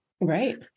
Right